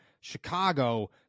Chicago